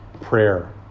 prayer